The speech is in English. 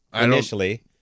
initially